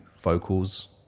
vocals